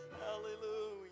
Hallelujah